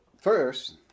first